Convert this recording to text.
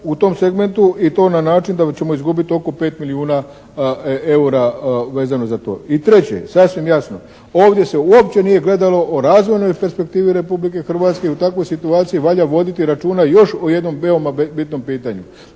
u tom segmentu i to na način da ćemo izgubiti oko 5 milijuna eura vezano za to. I treće, sasvim jasno, ovdje se uopće nije gledalo o razvojnoj perspektivi Republike Hrvatske. U takvoj situaciji valja voditi računa još o jednom veoma bitnom pitanju,